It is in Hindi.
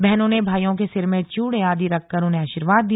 बहनों ने भाइयों के सिर में च्यूड़े आदि रखकर उन्हें आशीर्वाद दिया